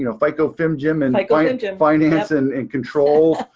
you know fico fmgm and like like and yeah and finance and and controls.